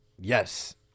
Yes